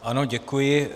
Ano, děkuji.